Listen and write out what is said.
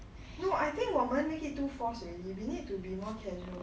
no I think 我们 make it too force already we need to be more casual